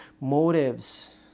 motives